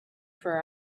for